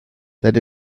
that